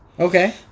Okay